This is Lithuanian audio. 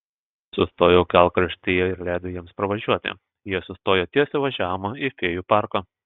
sustojau kelkraštyje ir leidau jiems pravažiuoti jie sustojo ties įvažiavimu į fėjų parką